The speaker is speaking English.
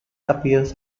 appears